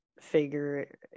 figure